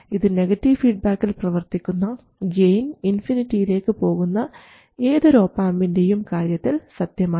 ഇത് നെഗറ്റീവ് ഫീഡ്ബാക്കിൽ പ്രവർത്തിക്കുന്ന ഗെയിൻ ഇൻഫിനിറ്റിയിലേക്ക് പോകുന്ന ഏതൊരു ഒപാംപിൻറെയും കാര്യത്തിൽ സത്യമാണ്